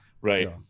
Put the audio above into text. right